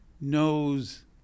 knows